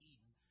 Eden